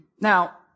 Now